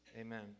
Amen